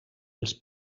els